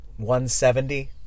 $170